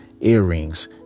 earrings